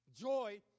joy